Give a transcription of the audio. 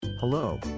Hello